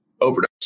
overdose